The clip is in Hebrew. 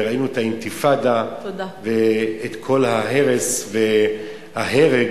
וראינו את האינתיפאדה ואת כל ההרס וההרג